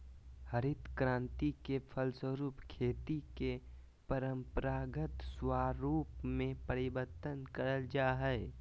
हरित क्रान्ति के फलस्वरूप खेती के परम्परागत स्वरूप में परिवर्तन करल जा हइ